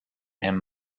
him